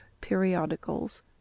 Periodicals